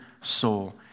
soul